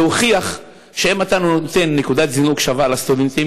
זה הוכיח שאם אתה נותן נקודת זינוק שווה לסטודנטים,